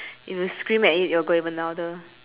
if you scream at it it will go even louder